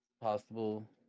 possible